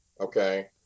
okay